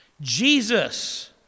Jesus